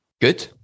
good